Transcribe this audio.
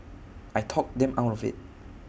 I talked them out of IT